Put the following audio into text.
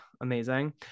amazing